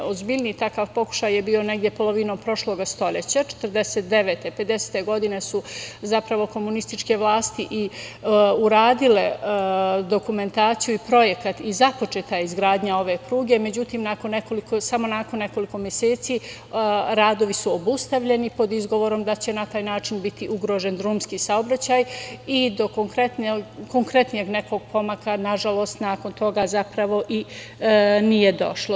Ozbiljniji takav pokušaj je bio negde polovinom prošloga stoleća 1949, 1950. godine su zapravo komunističke vlasti i uradile dokumentaciju i projekat i započeta je izgradnja ove pruge, međutim, samo nakon nekoliko meseci radovi su obustavljeni pod izgovorom da će na taj način biti ugrožen drumski saobraćaj i do konkretnijeg nekog pomaka, nažalost, nakon toga zapravo i nije došlo.